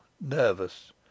nervous